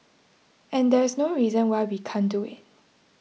and there's no reason why we can't do it